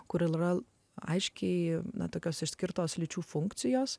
kuri yra aiškiai ne tokios išskirtos lyčių funkcijos